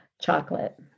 Chocolate